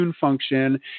Function